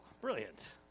brilliant